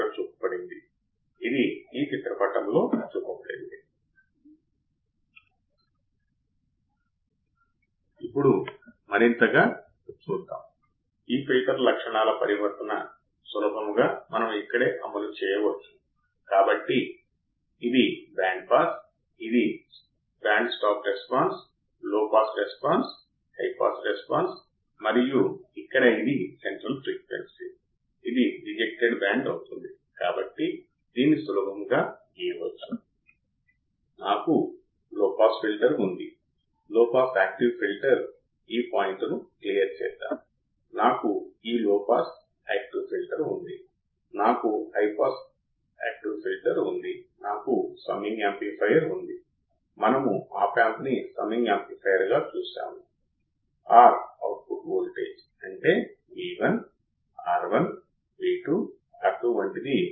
ఇప్పుడు 3 ఈ విధంగా ఇన్పుట్ బయాస్ కరెంట్ ప్రతి 2 ఇన్పుట్ టెర్మినల్స్ లోకి ప్రవహించేదిగా నిర్వచించవచ్చు అందువల్ల ఇన్పుట్ బయాస్ కరెంట్ ప్రతి రెండు ఇన్పుట్ టెర్మినల్స్ లోకి ప్రవహించే కరెంట్ గా నిర్వచించవచ్చు ఎప్పుడు అవి ఒకే స్థాయిలో బయాస్ లో ఉన్నప్పుడు ఆప్ ఆంప్ సమతుల్యమైనప్పుడు అంతా సరే కాబట్టి మీరు ఇక్కడ చూడగలిగితే మీరు ఇక్కడ చూడవచ్చు నేను ఈ రకమైన కనెక్షన్ చేస్తే నా సర్క్యూట్ను స్కీమాటిక్లో చూపిన విధంగా కనెక్ట్ చేస్తే నా ఆప్ ఆంప్ సమతుల్యమవుతుంది అయితే ఇప్పటికీ Ib1 మరియు Ib2 చేత ఉత్పత్తి చేయబడిన కరెంట్ తక్కువ మొత్తంలో నాన్ ఇన్వర్టింగ్ మరియు ఇన్వర్టింగ్ టెర్మినల్ లోకి ప్రవహిస్తుంది మరియు ఈ రెండు బయాస్ కర్రెంట్లు ఎప్పుడూ ఒకేలా ఉండవు కాబట్టి సగటు ఇన్పుట్ బయాస్కరెంట్ Ib ఈ ప్రత్యేక సూత్రం ద్వారా కనుగొనవచ్చు మనం ఇన్పుట్ బయాస్ కరెంట్ ను కనుగొనవచ్చు